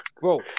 bro